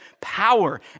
power